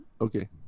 Okay